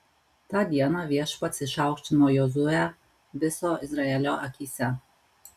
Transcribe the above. tą dieną viešpats išaukštino jozuę viso izraelio akyse